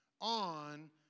on